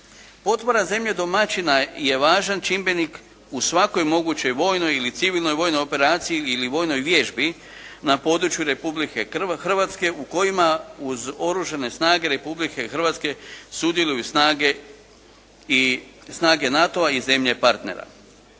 Potpora zemlje domaćina je važan čimbenik u svakoj mogućoj vojnoj ili civilnoj vojnoj operaciji ili vojnoj vježbi na području Republike Hrvatske u kojima uz Oružane snage Republike Hrvatske sudjeluju i snage NATO-a i zemlje partnera.